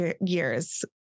years